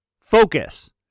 Focus